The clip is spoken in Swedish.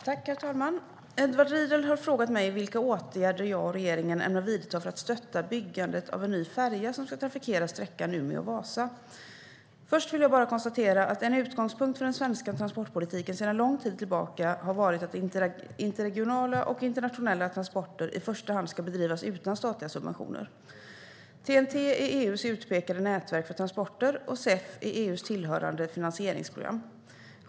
Herr talman! Edward Riedl har frågat mig vilka åtgärder jag och regeringen ämnar vidta för att stötta byggandet av en ny färja som ska trafikera sträckan mellan Umeå och Vasa. Först vill jag bara konstatera att en utgångspunkt för den svenska transportpolitiken sedan lång tid tillbaka har varit att interregionala och internationella transporter i första hand ska bedrivas utan statliga subventioner. TEN-T är EU:s utpekade nätverk för transporter, och CEF är EU:s tillhörande finansieringsprogram.